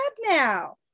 now